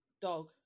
Dog